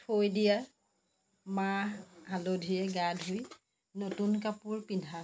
থৈ দিয়া মাহ হালধিৰে গা ধুই নতুন কাপোৰ পিন্ধা হয়